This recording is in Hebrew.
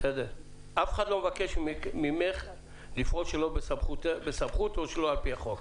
אף אחד לא מבקש ממך לפעול שלא בסמכות או שלא על פי החוק,